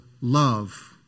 love